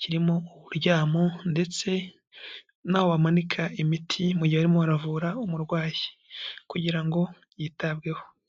kirimo uburyamo ndetse naho bamanika imiti mu gihe barimo baravura umurwayi kugira ngo yitabweho.